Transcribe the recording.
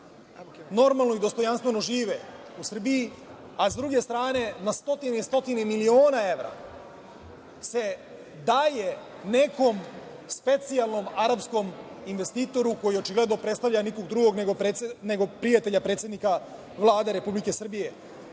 normalno i dostojanstveno žive u Srbije, a sa druge strane, stotine i stotine miliona evra se daje nekom specijalnom arapskom investitoru koji očigledno predstavlja, nikog drugog, nego prijatelja predsednika Vlade Republike Srbije. Tužno